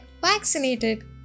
vaccinated